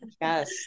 Yes